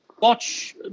watch